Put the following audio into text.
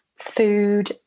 Food